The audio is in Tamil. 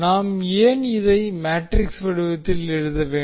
நாம் ஏன் இதை மேட்ரிக்ஸ் வடிவத்தில் எழுத வேண்டும்